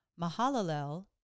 Mahalalel